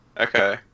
Okay